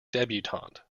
debutante